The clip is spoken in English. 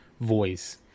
voice